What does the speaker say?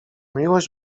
miłość